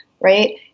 right